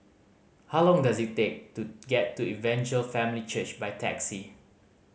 how long does it take to get to Evangel Family Church by taxi